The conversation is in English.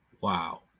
Wow